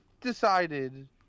decided